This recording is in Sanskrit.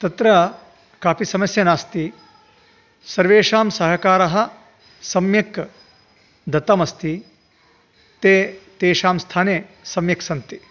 तत्र कापि समस्या नास्ति सर्वेषां सहकारः सम्यक् दत्तमस्ति ते तेषां स्थाने सम्यक् सन्ति